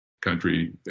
country